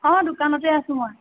অঁ দোকানতে আছোঁ মই